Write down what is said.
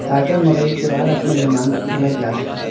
تاکہ ہم مغرب کے بعد اپنے مہمان کو کھانا کھلا سکیں